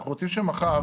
אנחנו רוצים שמחר,